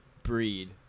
breed